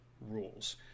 rules